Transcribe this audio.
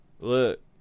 look